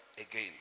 again